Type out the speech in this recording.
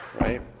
Right